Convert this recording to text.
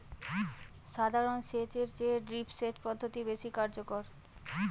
সাধারণ সেচ এর চেয়ে ড্রিপ সেচ পদ্ধতি বেশি কার্যকর